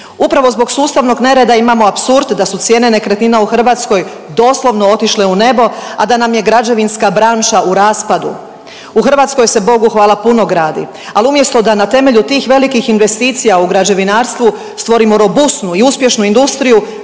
Upravo zbog sustavnog nereda imamo apsurd da su cijene nekretnina u Hrvatskoj doslovno otišle u nebo, a da nam je građevinska branša u raspadu. U Hrvatskoj se Bogu hvala puno gradi ali umjesto da na temelju tih velikih investicija u građevinarstvu stvorimo robusnu i uspješnu industriju